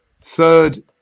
third